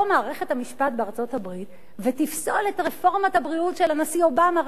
הבריאות של הנשיא אובמה.